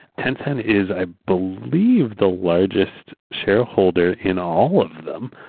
tencent is i believe the largest shareholder in all of them,